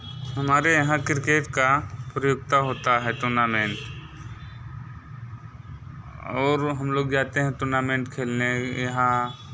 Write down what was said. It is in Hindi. हमारे यहाँ क्रिकेट की प्रतियोगिता होती है टूर्नामेंट और हम लोग जाते हैं टूर्नामेंट खेलने यहाँ